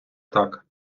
так